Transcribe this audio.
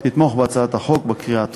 תתמוך בהצעת החוק בקריאה הטרומית.